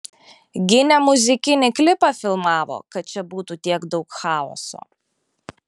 gi ne muzikinį klipą filmavo kad čia būtų tiek daug chaoso